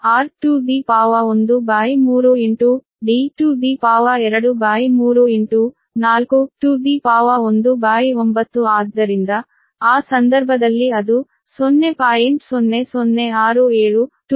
ಆದ್ದರಿಂದ ಸರಳೀಕರಣದ ನಂತರ ಅದು ಬರುತ್ತದೆ 13 23 19 ಆದ್ದರಿಂದ ಆ ಸಂದರ್ಭದಲ್ಲಿ ಅದು 0